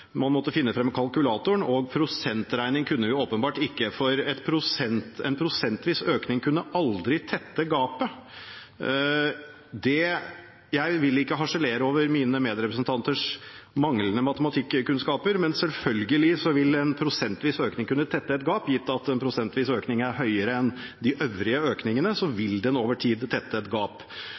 man måtte finne frem kalkulatoren, og at vi åpenbart ikke kunne prosentregning, fordi en prosentvis økning aldri kunne tette gapet. Jeg vil ikke harselere over mine medrepresentanters manglende matematikkunnskaper, men selvfølgelig vil en prosentvis økning kunne tette et gap. Gitt at en prosentvis økning er høyere enn de øvrige økningene, vil den over tid tette et gap.